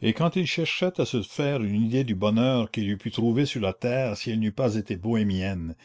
et quand il cherchait à se faire une idée du bonheur qu'il eût put trouver sur la terre si elle n'eût pas été bohémienne